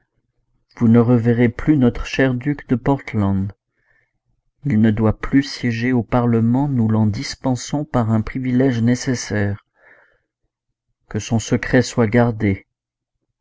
vous ne reverrez plus notre cher duc de portland il ne doit plus siéger au parlement nous l'en dispensons par un privilège nécessaire que son secret soit gardé